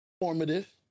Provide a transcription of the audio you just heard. Formative